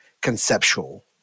conceptual